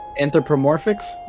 Anthropomorphics